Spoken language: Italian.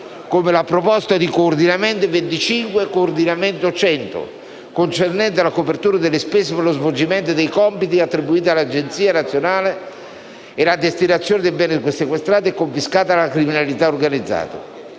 come la proposta di coordinamento 25.Coord.100, concernente la copertura delle spese per lo svolgimento dei compiti attribuiti all'Agenzia nazionale per l'amministrazione e la destinazione dei beni sequestrati e confiscati alla criminalità organizzata.